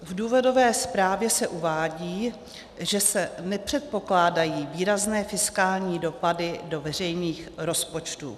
V důvodové zprávě se uvádí, že se nepředpokládají výrazné fiskální dopady do veřejných rozpočtů.